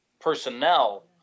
personnel